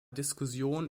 diskussion